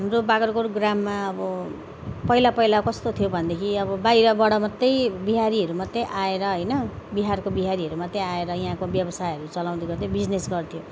हाम्रो बाग्राकोट ग्राममा अब पहिला पहिला कस्तो थियो भनेदेखि अब बाहिरबाट मात्रै बिहारीहरू मात्रै आएर होइन बिहारको बिहारीहरू मात्रै आएर यहाँको व्यवसायहरू चलाउने गर्थ्यो बिजनेस गर्थ्यो